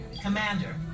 commander